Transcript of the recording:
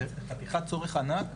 זה צורך ענק